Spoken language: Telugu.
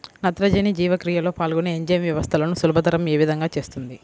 నత్రజని జీవక్రియలో పాల్గొనే ఎంజైమ్ వ్యవస్థలను సులభతరం ఏ విధముగా చేస్తుంది?